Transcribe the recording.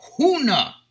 Huna